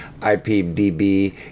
IPDB